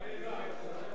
סוכם שכולם מוותרים.